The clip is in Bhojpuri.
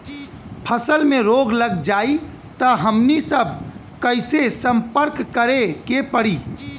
फसल में रोग लग जाई त हमनी सब कैसे संपर्क करें के पड़ी?